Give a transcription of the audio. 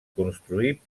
construir